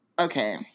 Okay